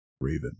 raven